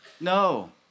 no